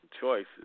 choices